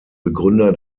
begründer